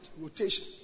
rotation